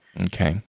Okay